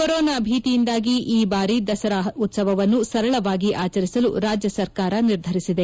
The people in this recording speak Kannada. ಕೊರೋನಾ ಭೀತಿಯಿಂದಾಗಿ ಈ ಬಾರಿ ದಸರಾ ಉತ್ಪವನ್ನು ಸರಳವಾಗಿ ಆಚರಿಸಲು ರಾಜ್ನ ಸರಕಾರ ನಿರ್ಧರಿಸಿದೆ